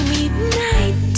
Midnight